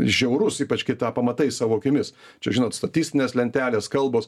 žiaurus ypač kai tą pamatai savo akimis čia žinot statistinės lentelės kalbos